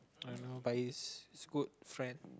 I know but he's good friend